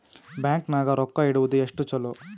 Bank ನಾಗ ರೊಕ್ಕ ಇಡುವುದು ಎಷ್ಟು ಚಲೋ?